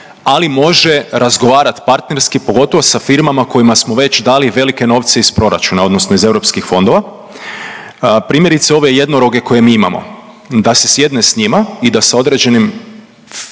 ali može razgovarati partnerski pogotovo sa firmama kojima smo već dali velike novce iz proračuna, odnosno iz europskih fondova. Primjerice ove jednoroge koje mi imamo da se sjedne s njima i da sa određenim fiskalnim